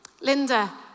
Linda